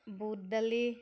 বুট দালি